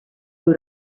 who